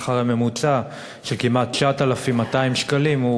השכר הממוצע של כמעט 9,200 שקלים,